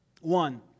One